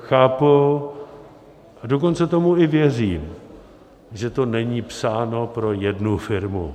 Chápu, a dokonce tomu i věřím, že to není psáno pro jednu firmu.